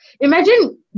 imagine